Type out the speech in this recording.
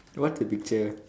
what the picture